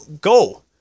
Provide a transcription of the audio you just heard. go